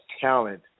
talent